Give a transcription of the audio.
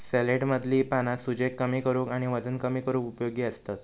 सॅलेडमधली पाना सूजेक कमी करूक आणि वजन कमी करूक उपयोगी असतत